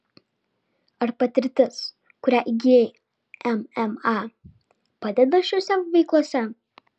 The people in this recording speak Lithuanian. ar patirtis kurią įgijai mma padeda šiose veiklose